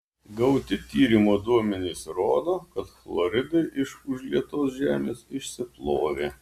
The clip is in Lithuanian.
gauti tyrimo duomenys rodo kad chloridai iš užlietos žemės išsiplovė